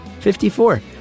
54